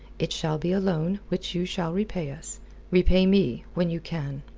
it shall be a loan, which you shall repay us repay me, when you can.